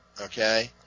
okay